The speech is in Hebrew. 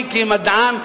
אני כמדען,